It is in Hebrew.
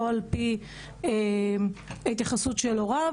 לא על פי ההתייחסות של הוריו